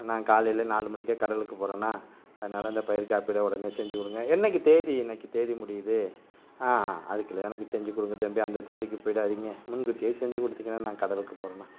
நான் காலையில் நாலு மணிக்கே கடலுக்கு போகிறேன்னா அதனால் அந்த பயிர் காப்பீடை உடனே செஞ்சு கொடுங்க என்றைக்கி தேதி என்றைக்கி தேதி முடியுது ஆ ஆ அதுக்குள்ள எனக்கு செஞ்சு கொடுங்க தம்பி அந்தத் தேதிக்கு போய்விடாதிங்க முன்கூட்டியே செஞ்சு கொடுத்திங்கனா நான் கடலுக்கு போகிறேண்ணா